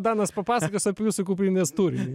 danas papasakos apie jūsų kuprinės turinį